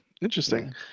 Interesting